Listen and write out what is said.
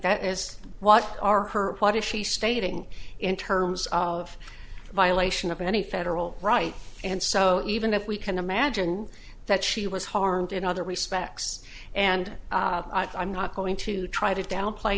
what is she stating in terms of violation of any federal right and so even if we can imagine that she was harmed in other respects and i'm not going to try to downplay